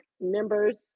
members